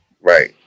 Right